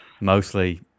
mostly